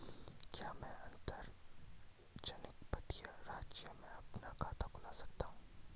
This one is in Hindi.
क्या मैं अंतर्जनपदीय राज्य में भी अपना खाता खुलवा सकता हूँ?